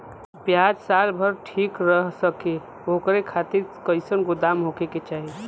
प्याज साल भर तक टीका सके ओकरे खातीर कइसन गोदाम होके के चाही?